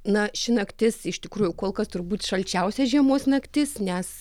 na ši naktis iš tikrųjų kol kas turbūt šalčiausia žiemos naktis nes